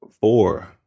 four